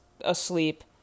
asleep